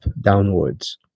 downwards